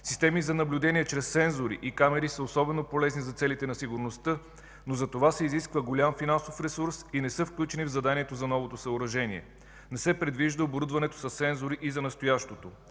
Системи за наблюдение чрез сензори и камери са особено полезни за целите на сигурността, но затова се изисква голям финансов ресурс и не са включени в заданието за новото съоръжение. Не се предвижда оборудването със сензори и за настоящето.